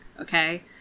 Okay